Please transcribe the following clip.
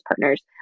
partners